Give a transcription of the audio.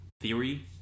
theory